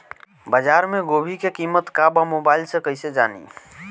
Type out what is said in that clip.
बाजार में गोभी के कीमत का बा मोबाइल से कइसे जानी?